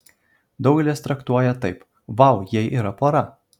daugelis traktuoja taip vau jie yra pora